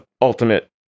ultimate